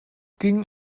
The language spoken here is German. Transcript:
ging